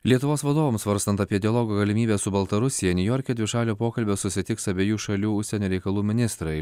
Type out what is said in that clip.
lietuvos vadovams svarstant apie dialogo galimybę su baltarusija niujorke dvišalio pokalbio susitiks abiejų šalių užsienio reikalų ministrai